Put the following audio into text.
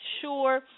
sure